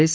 S